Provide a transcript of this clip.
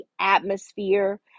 atmosphere